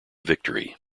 victory